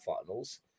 finals